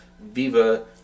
Viva